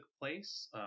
place